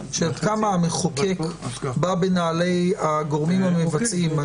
עד כמה המחוקק בא בנעלי הגורמים המבצעים.